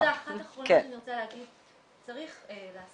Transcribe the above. עוד נקודה אחת אחרונה שאני רוצה להגיד צריך לעשות